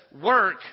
work